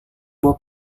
bob